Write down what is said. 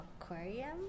aquarium